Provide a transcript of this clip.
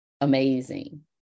amazing